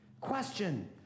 Question